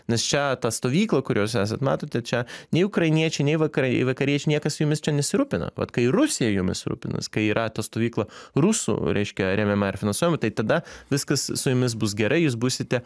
nes čia ta stovykla kur jūs esant matote čia nei ukrainiečiai nei vakarai vakariečiai niekas jumis čia nesirūpina vat kai rusija jumis rūpinas kai yra ta stovykla rusų reiškia remiama ir finansuojama tai tada viskas su jumis bus gerai jūs būsite